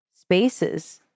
spaces